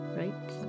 right